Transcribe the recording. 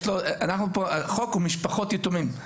החוק הוא משפחות יתומים.